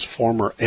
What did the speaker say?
former